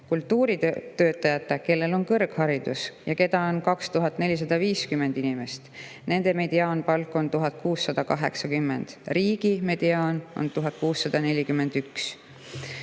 Kultuuritöötajate, kellel on kõrgharidus ja keda on 2450 inimest, mediaanpalk on 1680 eurot. Riigi mediaan[palk] on 1641